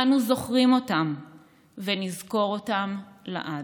אנו זוכרים אותם ונזכור אותם לעד.